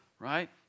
Right